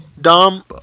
Dom